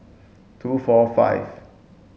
two four five